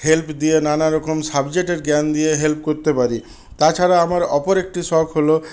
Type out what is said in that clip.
help দিয়ে নানা রকম সাবজেক্টের জ্ঞান দিয়ে হেল্প করতে পারি তাছাড়া আমার অপর একটি শখ হল